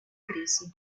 crisi